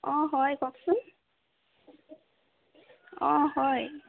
অ হয় কওঁকচোন অ হয়